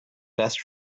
best